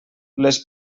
les